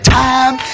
time